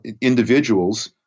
individuals